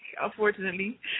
unfortunately